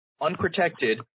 unprotected